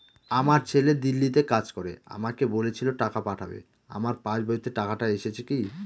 আমার ছেলে দিল্লীতে কাজ করে আমাকে বলেছিল টাকা পাঠাবে আমার পাসবইতে টাকাটা এসেছে কি?